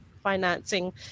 financing